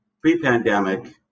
pre-pandemic